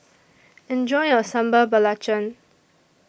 Enjoy your Sambal Belacan